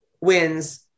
wins